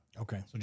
Okay